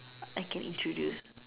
I can introduce